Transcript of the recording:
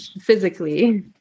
physically